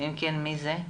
מי זה?